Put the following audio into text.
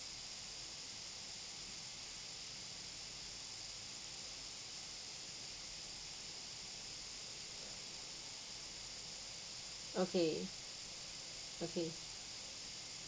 okay okay